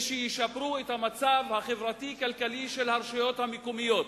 וישפרו את המצב החברתי-הכלכלי של הרשויות המקומיות,